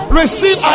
receive